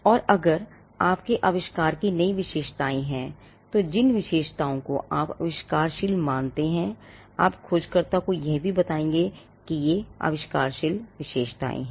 और अगर आपके आविष्कार की नई विशेषताएं हैं तो जिन विशेषताओं को आप आविष्कारशील मानते हैं आप खोजकर्ता को यह भी बताएंगे कि ये आविष्कारशील विशेषताएं हैं